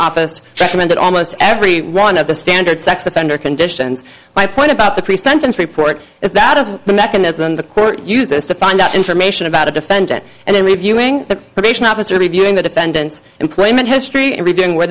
office recommended almost every one of the standard sex offender conditions my point about the pre sentence report is that is the mechanism the court uses to find out information about a defendant and then reviewing the probation officer reviewing the defendant's employment history and reviewing where